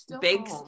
big